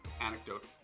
anecdote